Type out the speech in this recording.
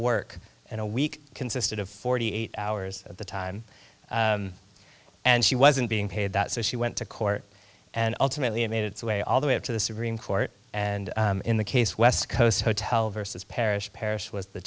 work and a week consisted of forty eight hours of the time and she wasn't being paid that so she went to court and ultimately it made its way all the way up to the supreme court and in the case west coast hotel versus parish parish was the